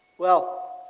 well,